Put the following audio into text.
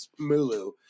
Mulu